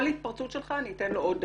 כל התפרצות שלך אני אתן לו עוד דקה.